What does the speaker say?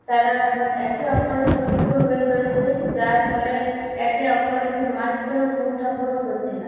তারা একে অপরের শত্রু হয়ে পড়েছে যার ফলে একে অপরকে মারতেও কুন্ঠাবোধ করছে না